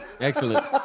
Excellent